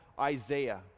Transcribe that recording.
Isaiah